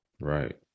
Right